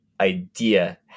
idea